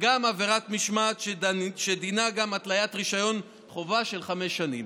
וגם עבירת משמעת שדינה התליית רישיון חובה של חמש שנים.